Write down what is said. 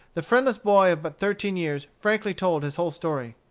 the friendless boy of but thirteen years frankly told his whole story.